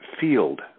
field